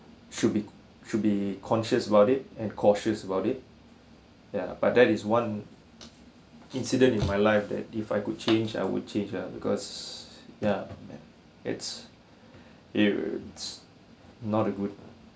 should be should be conscious about it and cautious about it ya but that is one incident in my life that if I could change I would change ah because ya it's it's not a good